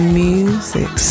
music